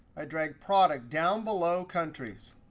i drag product down below countries.